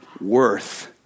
worth